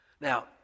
Now